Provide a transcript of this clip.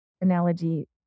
analogy